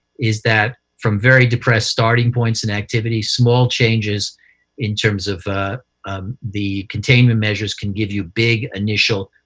is that from very depressed starting points in activity, small changes in terms of the containment measures can give you big initial